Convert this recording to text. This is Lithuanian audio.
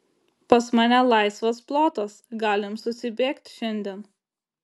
pas mane laisvas plotas galim susibėgt šiandien